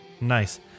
Nice